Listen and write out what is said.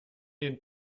den